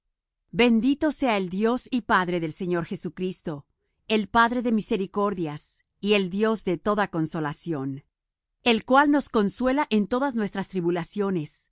bendito sea el dios y padre del señor jesucristo el padre de misericordias y el dios de toda consolación el cual nos consuela en todas nuestras tribulaciones